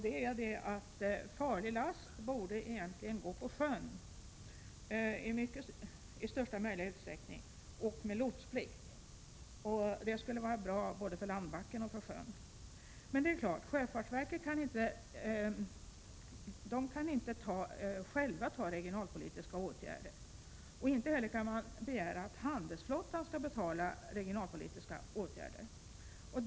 Farlig last borde egentligen gå på sjön i största möjliga utsträckning — och med lotsplikt. Det skulle vara bra både för landbacken och för sjön. Men det är klart att sjöfartsverket inte självt kan vidta regionalpolitiska åtgärder, och inte heller kan man begära att handelsflottan skall betala regionalpolitiska åtgärder.